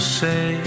say